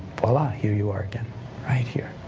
voila, here you are again right here.